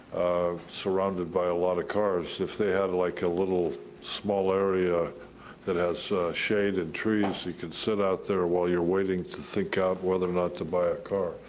surrounded by a lot of cars, if they had like a little small area that has shade and trees, you could sit out there while you're waiting to think out whether or not to buy a car,